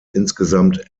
insgesamt